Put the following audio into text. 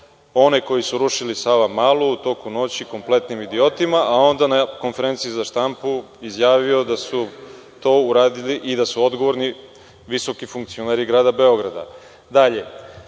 one koji su rušili Savamalu u toku noći kompletnim idiotima, a onda je na konferenciji za štampu izjavio da su to uradili i da su odgovorni visoki funkcioneri grada Beograda. Dalje,